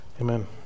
Amen